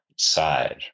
side